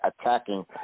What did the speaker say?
attacking